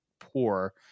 poor